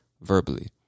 verbally